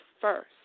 first